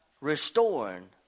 restoring